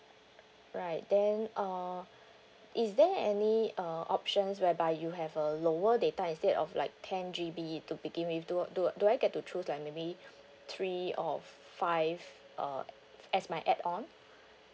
right then uh is there any uh options whereby you have a lower data instead of like ten G_B to begin with do uh do do I get to choose like maybe three or five uh as my add on